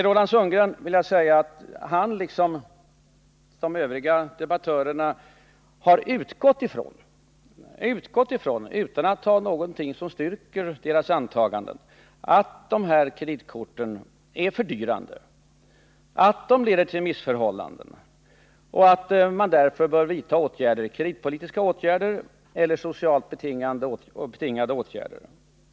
Roland Sundgren har liksom de övriga debattörerna utgått från — utan att ha någonting som styrker deras antaganden — att kreditkorten är fördyrande, att de leder till missförhållanden och att man därför bör vidta åtgärder, kreditpolitiska eller socialt betingade.